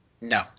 No